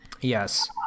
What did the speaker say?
Yes